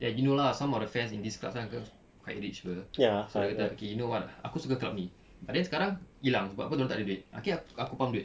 that you know lah some of the fans in this club kan quite rich [pe] so dorang kata okay you know what aku suka club ni but then sekarang hilang sebab apa dorang takde duit okay ah aku pump duit